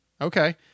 Okay